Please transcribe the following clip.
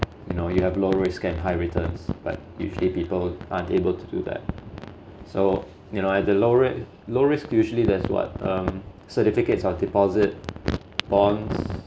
you know you have low risk and high returns but usually people unable to do that so you know at the low rate low risk usually that's what um certificates of deposit bonds